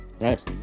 right